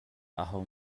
aho